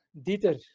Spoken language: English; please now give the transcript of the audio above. Dieter